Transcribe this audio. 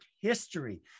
history